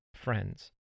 friends